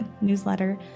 newsletter